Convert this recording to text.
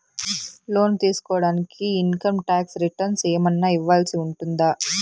లోను తీసుకోడానికి income tax returns ఏమన్నా ఇవ్వాల్సి ఉంటుందా